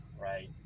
Right